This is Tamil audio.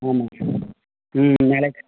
ஆமாம் ம் மேலே